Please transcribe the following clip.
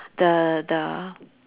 the the